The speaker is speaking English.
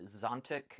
Zontic